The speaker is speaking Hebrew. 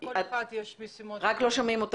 לכל אחד יש משימות --- בסדר,